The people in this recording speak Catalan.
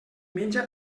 menja